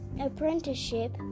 apprenticeship